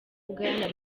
bwana